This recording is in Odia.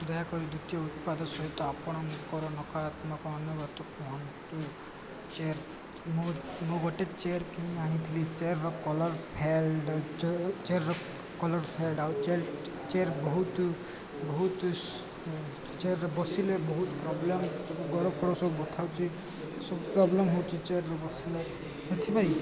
ଦୟାକରି ଦ୍ୱିତୀୟ ଉତ୍ପାଦ ସହିତ ଆପଣଙ୍କର ନକାରାତ୍ମକ ଅନୁଗତ କୁହନ୍ତୁ ଚେୟାର୍ ମୋ ମୁଁ ଗୋଟେ ଚେୟାର୍ କିି ଆଣିଥିଲି ଚେୟାର୍ର କଲର୍ ଫେଡ଼୍ ଚେୟାର୍ର କଲର୍ ଫେଡ଼୍ ଆଉ ଚେୟାର୍ ବହୁତ ବହୁତ ଚେୟାର୍ର ବସିଲେ ବହୁତ ପ୍ରୋବ୍ଲେମ୍ ସବୁ ଗରପଡ଼ ସବୁ ବଠଉଚି ସବୁ ପ୍ରୋବ୍ଲେମ୍ ହେଉଛି ଚେୟାର୍ରେ ବସିଲେ ସେଥିପାଇଁ